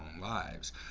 lives